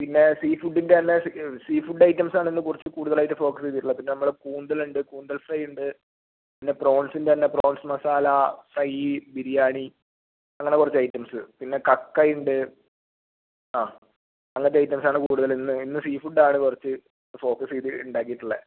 പിന്നെ സീ ഫുഡിൻ്റെ തന്നെ സി സീ ഫുഡ് ഐറ്റംസാണ് ഇന്ന് കുറച്ച് കൂടുതലായിട്ട് ഫോകസ് ചെയ്തിട്ടുള്ളത് പിന്നെ നമ്മൾ കൂന്തലുണ്ട് കൂന്തൽ ഫ്രൈയുണ്ട് പിന്നെ പ്രോൺസിൻ്റെന്നെ പ്രോൺസ് മസാല അപ്പം ഈ ബിരിയാണി അങ്ങനെ കുറച്ച് ഐറ്റംസ് പിന്നെ കക്കയുണ്ട് ആ അങ്ങനത്തെ ഐറ്റംസാണ് കൂടുതലിന്ന് ഇന്ന് സീ ഫുഡാണ് കുറച്ച് ഫോകസ് ചെയ്ത് ഉണ്ടാക്കിയിട്ടുള്ളത്